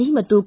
C ಮತ್ತು K